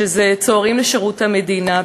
שזה צוערים לשירות המדינה,